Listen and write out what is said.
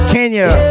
Kenya